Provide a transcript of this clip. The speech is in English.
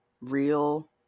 real